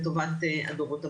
לטובת הדורות הבאים.